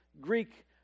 Greek